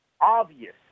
obvious